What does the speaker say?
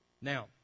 Now